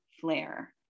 flare